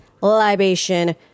libation